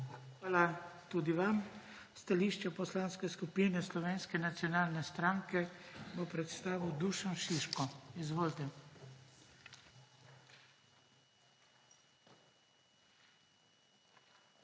Hvala tudi vam. Stališče Poslanske skupine Slovenske nacionalne stranke bo predstavil Dušan Šiško. Izvolite.